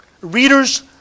Readers